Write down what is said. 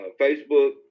Facebook